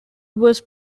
was